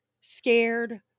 scared